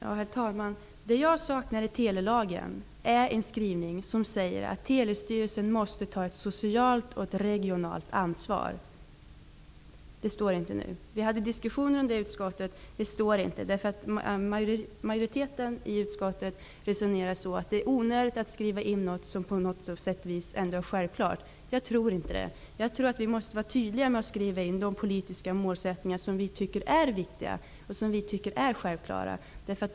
Herr talman! Det jag saknar i telelagen är en skrivning som säger att Telestyrelsen måste ta ett socialt och regionalt ansvar. Det står inte. Under utskottsbehandlingen hade vi diskussioner om det. Det här står inte, och majoriteten i utskottet resonerar att det är onödigt att skriva in något som på sätt och vis ändå är självklart. Men det tror inte jag. Jag tror att vi måste vara tydliga och skriva in de politiska målsättningar som vi tycker är viktiga och självklara.